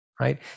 right